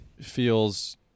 feels